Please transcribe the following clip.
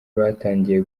batangiye